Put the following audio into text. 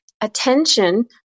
attention